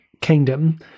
Kingdom